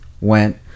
went